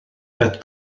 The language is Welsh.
beth